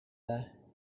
there